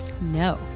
No